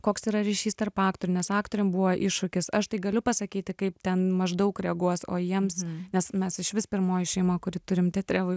koks yra ryšys tarp aktorių nes aktoriam buvo iššūkis aš tai galiu pasakyti kaip ten maždaug reaguos o jiems nes mes išvis pirmoji šeima kuri turim teatre v